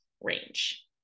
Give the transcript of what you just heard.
range